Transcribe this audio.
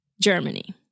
Germany